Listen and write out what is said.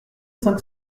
cinq